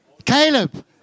Caleb